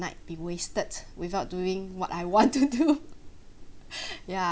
night be wasted without doing what I want to do ya